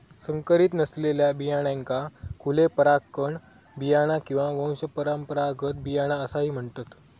संकरीत नसलेल्या बियाण्यांका खुले परागकण बियाणा किंवा वंशपरंपरागत बियाणा असाही म्हणतत